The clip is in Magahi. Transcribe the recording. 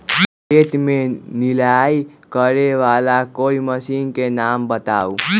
खेत मे निराई करे वाला कोई मशीन के नाम बताऊ?